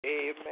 Amen